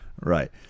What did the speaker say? Right